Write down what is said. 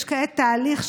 יש כעת תהליך,